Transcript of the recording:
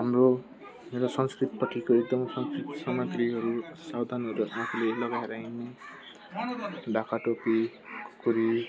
हाम्रो मेरो संस्कृतिपट्टिको एकदम सामाग्रीहरू साधनहरू आफूले लगाएर हिँड्नु ढाका टोपी खुकुरी